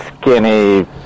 skinny